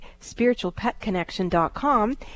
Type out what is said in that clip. spiritualpetconnection.com